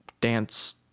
dance